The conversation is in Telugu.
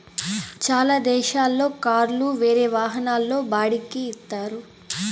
చాలా దేశాల్లో కార్లు వేరే వాహనాల్లో బాడిక్కి ఇత్తారు